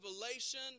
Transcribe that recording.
revelation